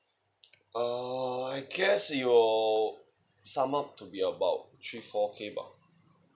ah I guess it will sum up to be about three four K buck